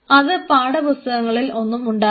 അത് പാഠപുസ്തകങ്ങളിൽ ഒന്നും ഉണ്ടാവില്ല